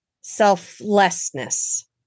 selflessness